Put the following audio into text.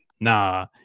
Nah